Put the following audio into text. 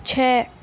چھ